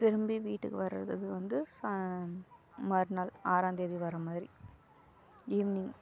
திரும்பி வீட்டுக்கு வர்றதுக்கு வந்து சா மறுநாள் ஆறாம் தேதி வர்ற மாதிரி ஈவ்னிங்